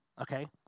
okay